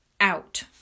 Out